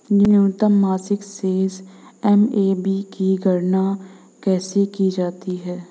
न्यूनतम मासिक शेष एम.ए.बी की गणना कैसे की जाती है?